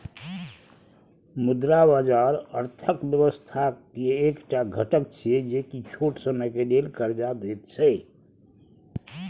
मुद्रा बाजार अर्थक व्यवस्था के एक टा घटक छिये जे की छोट समय के लेल कर्जा देत छै